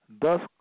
thus